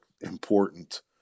important